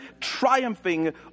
triumphing